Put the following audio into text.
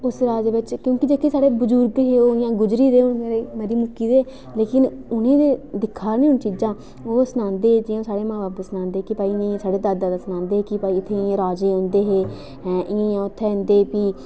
क्योंकि साढ़े बजुर्ग हे ओह् हून गुजरी दे मरी मुक्की गेदे लेकिन उ'नें ते दिक्खी दियां निं चीजां ओह् सनांदे जि'यां साढ़े मां बब्ब सनांदे कि भाई इ'यां इ'यां साढ़े दादा जी सनांदे हे कि भाई इत्थै राजे औंदे हे इ'यां इ'यां उत्थै इं'दे फ्ही